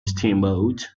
steamboat